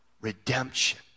redemption